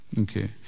Okay